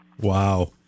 Wow